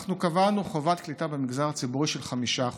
אנחנו קבענו חובת קליטה של 5% במגזר הציבורי בחוק,